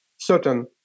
certain